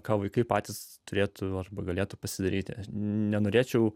ką vaikai patys turėtų arba galėtų pasidaryti nenorėčiau